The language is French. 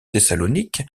thessalonique